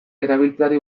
erabiltzeari